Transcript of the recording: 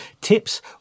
tips